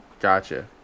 Gotcha